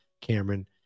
Cameron